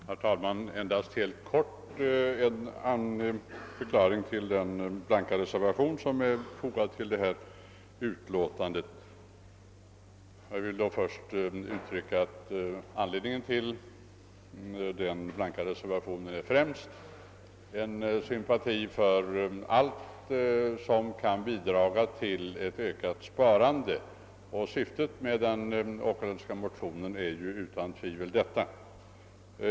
Herr talman! Endast helt kort en förklaring till den blanka reservation som fogats till detta utlåtande. Anledningen till denna reservation är främst en sympati för allt som kan bidra till ett ökat sparande, något som utan tvivel är syftet med herr Åkerlunds motion.